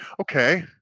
okay